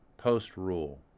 post-rule